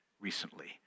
recently